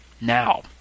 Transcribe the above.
Now